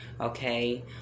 okay